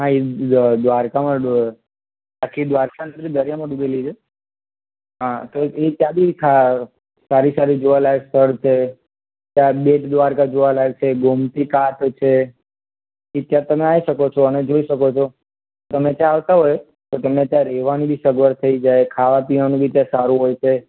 હા એ દ્વારકામાં આખી દ્વારકા દરિયામાં ડૂબેલી છે હા તો એ ત્યાં બી સારી સારી જોવાલાયક સ્થળ છે ત્યાં બેટ દ્વારકા જોવાલાયક છે ગોમતીઘાટ છે પછી ત્યાં તમે આવી શકો છો અને જોઈ શકો છો તમે ત્યાં આવતા હોય તો તમને ત્યાં રહેવાની બી સગવડ થઈ જાય ખાવા પીવાનું બી ત્યાં સારું હોય છે